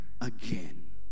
again